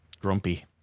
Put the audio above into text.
Grumpy